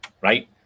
Right